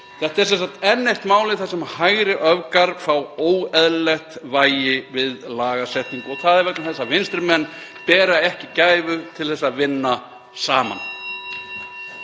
Þetta er sem sagt enn eitt málið þar sem hægri öfgar fá óeðlilegt vægi við lagasetningu. Og það er (Forseti hringir.) vegna þess að vinstri menn bera ekki gæfu til að vinna saman.